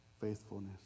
faithfulness